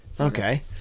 Okay